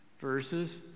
verses